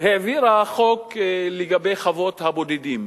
העבירה חוק לגבי חוות הבודדים.